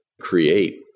create